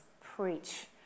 preach